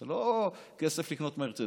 זה לא כסף לקנות מרצדס.